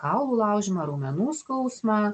kaulų laužymą raumenų skausmą